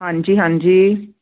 ਹਾਂਜੀ ਹਾਂਜੀ